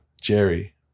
Jerry